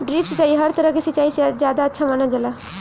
drip सिंचाई हर तरह के सिचाई से ज्यादा अच्छा मानल जाला